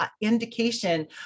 indication